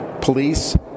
police